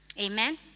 Amen